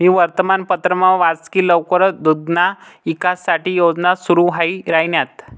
मी वर्तमानपत्रमा वाच की लवकरच दुग्धना ईकास साठे योजना सुरू व्हाई राहिन्यात